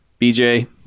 BJ